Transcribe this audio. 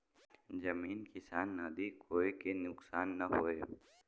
जमीन किसान नदी कोई के नुकसान न होये